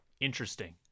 Interesting